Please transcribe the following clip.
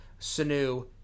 Sanu